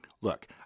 look